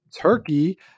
Turkey